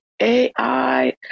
AI